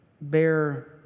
bear